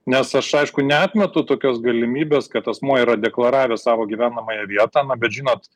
nes aš aišku neatmetu tokios galimybės kad asmuo yra deklaravę savo gyvenamąją vietą na bet žinot